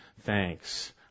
thanks